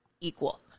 equal